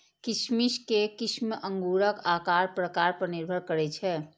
किशमिश के किस्म अंगूरक आकार प्रकार पर निर्भर करै छै